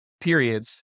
periods